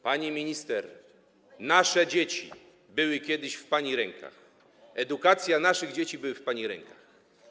Pani minister, nasze dzieci były kiedyś w pani rękach, edukacja naszych dzieci była w pani rękach.